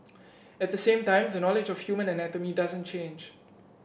at the same time the knowledge of human anatomy doesn't change